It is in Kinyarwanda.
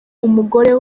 umugore